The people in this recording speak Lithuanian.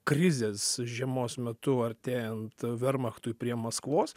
krizės žiemos metu artėjant vermachtui prie maskvos